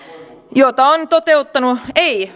jota on toteuttanut ei